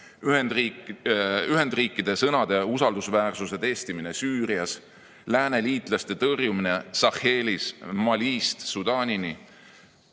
Ühendriikide sõnade ja usaldusväärsuse testimine Süürias, lääne liitlaste tõrjumine Sahelis Malist Sudaanini,